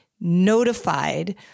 notified